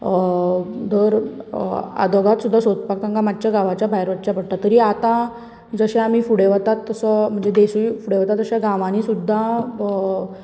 दर आद्वोगाद सुद्दां सोदपाक तांकां मातशें गांवांच्या भायर वयचे पडटा तरी आतां जशें आमी फुडें वतात तसो देसूय फुडें वता तशें गांवानी सुद्दां